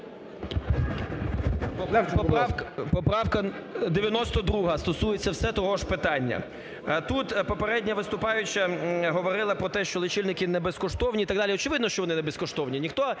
Поправка 92, стосується все того ж питання. Тут попередня виступаюча говорила про те, що лічильники не безкоштовні і так далі. Очевидно, що вони не безкоштовні,